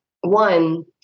one